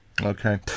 Okay